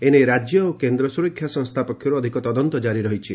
ଏ ନେଇ ରାଜ୍ୟ ଓ କେନ୍ଦ୍ର ସୁରକ୍ଷା ସଂସ୍ଥା ପକ୍ଷରୁ ଅଧିକ ତଦନ୍ତ କାରି ରହିଛି